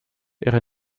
ihre